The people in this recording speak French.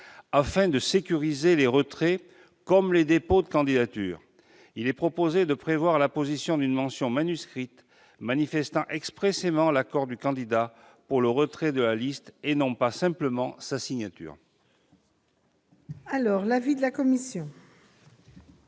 Afin de sécuriser les retraits comme les dépôts de candidature, il est proposé de prévoir l'apposition d'une mention manuscrite manifestant expressément l'accord du candidat pour le retrait de la liste. La signature ne suffit pas. Quel est l'avis de la commission